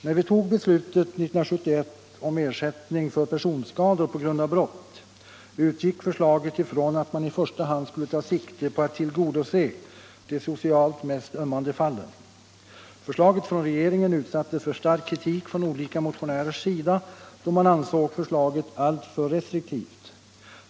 När vi tog beslutet 1971 om ersättning för personskador på grund av brott utgick förslaget från att man i första hand skulle ta sikte på att tillgodose de socialt mest ömmande fallen. Förslaget från regeringen utsattes för stark kritik från olika motionärers sida, då man ansåg förslaget alltför restriktivt.